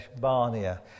Barnea